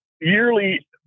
yearly